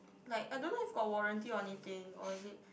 like I don't know if got warranty or anything or is it